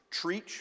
treach